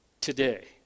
today